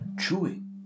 chewing